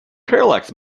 parallax